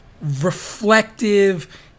reflective